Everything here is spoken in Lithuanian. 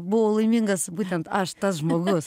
buvau laimingas būtent aš tas žmogus